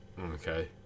okay